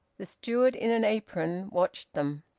the steward in an apron watched them.